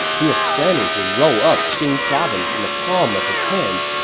he was planning to roll up jing province in the palm of his hand.